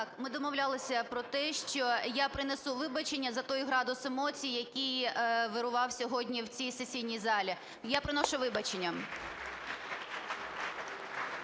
Так, ми домовлялися про те, що я принесу вибачення за той градус емоцій, який вирував сьогодні в цій сесійній залі. Я приношу вибачення.